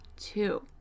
two